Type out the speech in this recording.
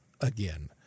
again